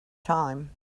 time